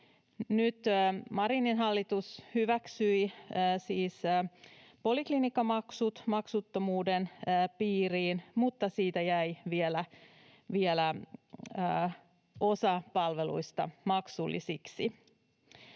Nyt Marinin hallitus hyväksyi siis poliklinikkamaksut maksuttomuuden piiriin, mutta osa palveluista jäi vielä maksullisiksi.